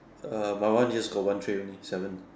uh my one use got one train only seven